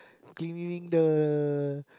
cleaning the